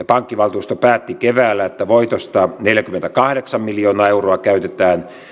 pankkivaltuusto päätti keväällä että voitosta neljäkymmentäkahdeksan miljoonaa euroa käytetään